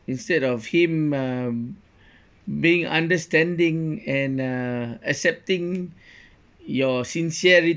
instead of him um being understanding and uh accepting your sincerity